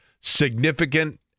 significant